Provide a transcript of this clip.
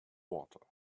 water